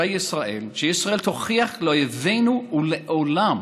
בישראל שישראל תוכיח לאויבינו ולעולם